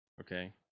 okay